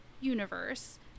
universe